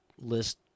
list